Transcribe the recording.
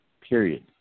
period